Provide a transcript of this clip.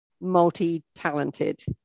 multi-talented